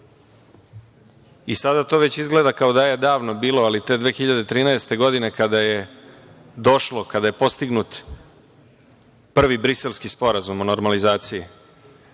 način. Sada to već izgleda kao da je davno bilo, ali te 2013. godine, kada je postignut prvi Briselski sporazum o normalizaciji,